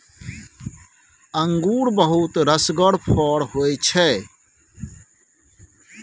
अंगुर बहुत रसगर फर होइ छै